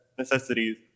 Necessities